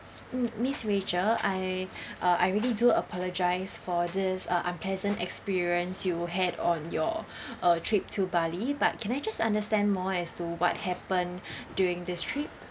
mm miss rachel I uh I really do apologise for this uh unpleasant experience you had on your uh trip to bali but can I just understand more as to what happen during this trip